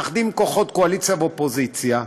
מאחדים כוחות קואליציה ואופוזיציה.